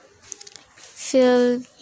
feel